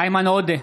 איימן עודה,